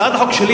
הצעת החוק שלי,